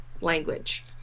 language